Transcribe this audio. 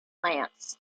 plants